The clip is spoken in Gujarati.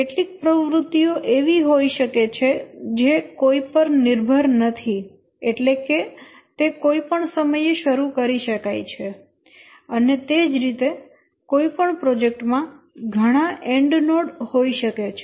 કેટલીક પ્રવૃત્તિઓ એવી હોઈ શકે છે જે કોઈ પર નિર્ભર નથી એટલે કે તે કોઈપણ સમયે શરૂ કરી શકાય છે અને તે જ રીતે કોઈ પણ પ્રોજેક્ટ માં ઘણા એન્ડ નોડ હોઈ શકે છે